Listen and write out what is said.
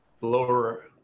lower